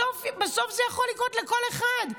בסוף זה יכול לקרות לכל אחד.